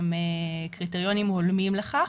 הם קריטריונים הולמים לכך.